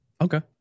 Okay